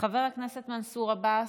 חבר הכנסת מנסור עבאס,